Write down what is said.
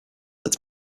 als